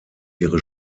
ihre